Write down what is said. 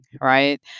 right